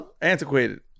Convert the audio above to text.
Antiquated